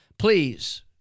Please